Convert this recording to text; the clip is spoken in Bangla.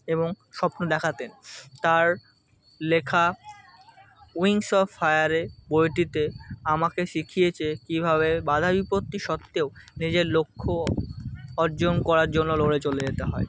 এবং স্বপ্ন দেখাতেন তার লেখা উইন্স অফ ফায়ারে বইটিতে আমাকে শিখিয়েছে কীভাবে বাঁধা বিপত্তি সত্ত্বেও নিজের লক্ষ্য অর্জন করার জন্য লড়ে চলে যেতে হয়